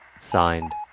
Signed